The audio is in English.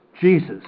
Jesus